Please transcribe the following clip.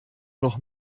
noch